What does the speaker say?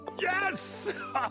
Yes